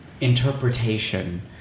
interpretation